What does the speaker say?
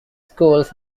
schools